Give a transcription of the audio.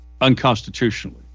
unconstitutionally